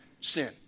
sin